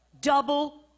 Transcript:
Double